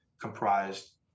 comprised